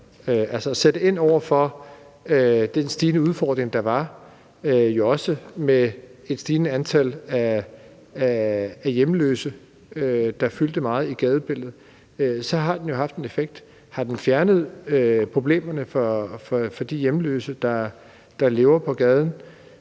og sætte ind over for den stigende udfordring, der jo også var med et stigende antal hjemløse, der fyldte meget i gadebilledet, så har den jo haft en effekt. Har den fjernet problemerne for de hjemløse, der lever på gaden?